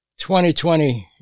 2020